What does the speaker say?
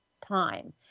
time